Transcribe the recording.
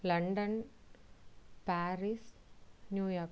London Paris New York